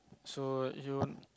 so you